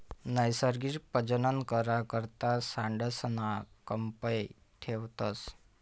नैसर्गिक प्रजनन करा करता सांडसना कयप ठेवतस